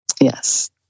Yes